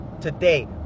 Today